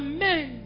Amen